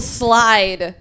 slide